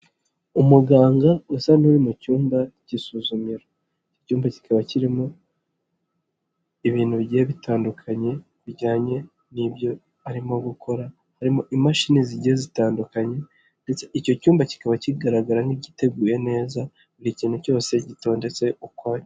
Umuganga usa n'uri mu cyumba cy'isuzumiro, iki cyumba kikaba kirimo ibintu bigiye bitandukanye bijyanye n'ibyo arimo gukora, harimo imashini zigiye zitandukanye ndetse icyo cyumba kikaba kigaragara nk'igiteguye neza buri kintu cyose gitondetse ukwacyo.